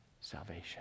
salvation